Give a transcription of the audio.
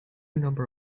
number